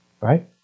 right